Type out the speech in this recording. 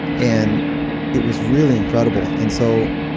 and it was really incredible. and so,